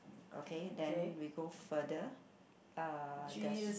okay then we go further uh there's